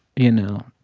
you know,